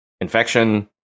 infection